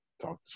talk